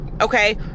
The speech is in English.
okay